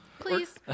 please